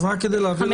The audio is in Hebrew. אז רק כדי להבין,